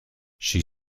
she